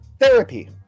therapy